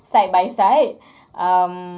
side by side um